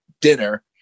dinner